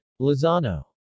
lozano